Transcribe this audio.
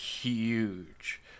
huge